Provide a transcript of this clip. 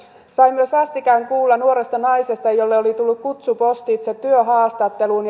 sain myös vastikään kuulla nuoresta naisesta jolle oli tullut kutsu postitse työhaastatteluun